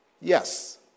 Yes